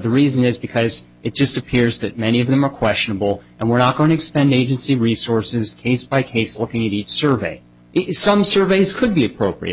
the reason is because it just appears that many of them are questionable and we're not going to expend agency resources case by case looking at a survey is some surveys could be appropriate